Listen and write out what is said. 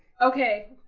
Okay